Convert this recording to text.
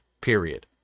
period